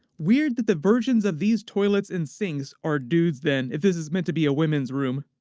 weird that the versions of these toilets and sinks are dudes then, if this is meant to be a women's room.